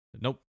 Nope